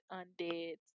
undead